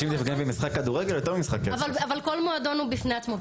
אבל כל מועדון הוא בפני עצמו,